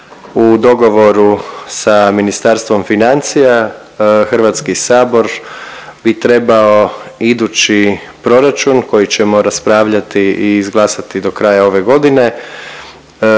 U dogovoru sa Ministarstvom financija HS bi trebao idući proračun koji ćemo raspravljati i izglasati do kraja ove godine